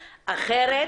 אחרת,